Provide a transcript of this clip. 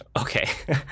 Okay